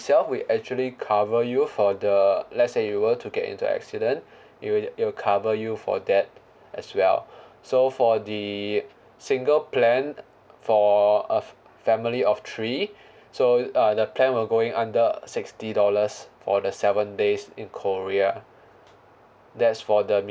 ~self we actually cover you for the let's say you were to get into accident it will it will cover you for that as well so for the single plan for a family of three so uh the plan will going under sixty dollars for the seven days in korea that's for the